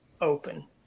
open